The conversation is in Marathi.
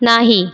नाही